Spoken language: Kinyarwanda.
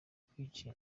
kwica